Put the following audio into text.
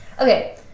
Okay